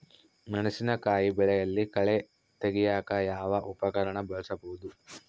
ಮೆಣಸಿನಕಾಯಿ ಬೆಳೆಯಲ್ಲಿ ಕಳೆ ತೆಗಿಯಾಕ ಯಾವ ಉಪಕರಣ ಬಳಸಬಹುದು?